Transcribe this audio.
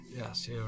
Yes